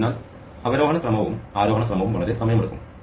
അതിനാൽ അവരോഹണ ക്രമവും ആരോഹണക്രമവും വളരെ സമയമെടുക്കും